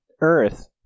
Earth